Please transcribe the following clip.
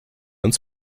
uns